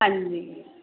ਹਾਂਜੀ